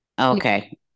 Okay